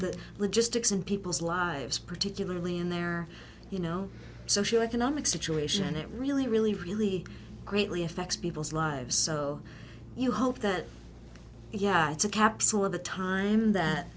the logistics in people's lives particularly in their you know social economic situation it really really really greatly affects people's lives so you hope that yeah it's a capsule of the time that